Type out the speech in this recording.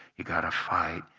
you've got to fight.